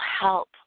help